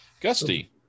Gusty